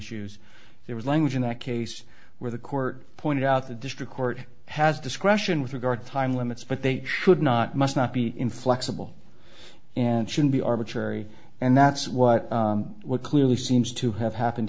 issues there was language in that case where the court pointed out the district court has discretion with regard to time limits but they should not must not be inflexible and shouldn't be arbitrary and that's what would clearly seems to have happen